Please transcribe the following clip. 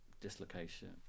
dislocation